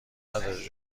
نداده